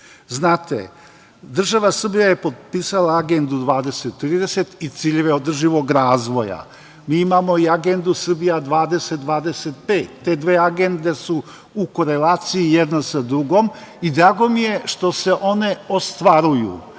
Znate, država Srbija je potpisala Agendu 2030 i ciljeve održivog razvoja. Mi imamo i Agendu „Srbija 2025“. Te dve agende su u korelaciji jedna sa drugom i drago mi je što se one ostvaruju.